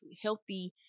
healthy